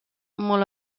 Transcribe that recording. molt